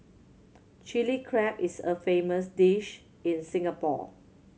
Chilli Crab is a famous dish in Singapore